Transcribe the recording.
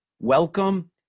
Welcome